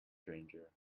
stranger